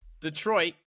Detroit